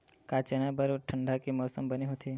का चना बर ठंडा के मौसम बने होथे?